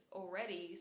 already